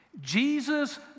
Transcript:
Jesus